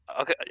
Okay